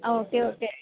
ആ okay okay